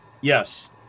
yes